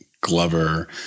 Glover